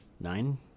nine